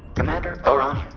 commander o'rania.